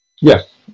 yes